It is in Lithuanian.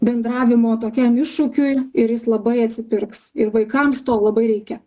bendravimo tokiam iššūkiui ir jis labai atsipirks ir vaikams to labai reikia